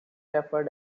referred